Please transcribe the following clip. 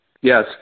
Yes